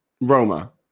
Roma